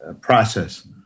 process